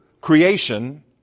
creation